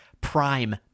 prime